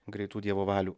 greitų dievo valių